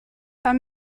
war